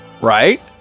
right